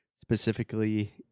specifically